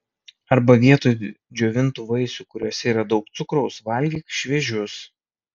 arba vietoj džiovintų vaisių kuriuose yra daug cukraus valgyk šviežius